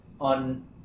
on